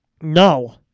No